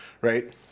right